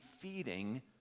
feeding